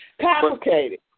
complicated